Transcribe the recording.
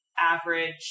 average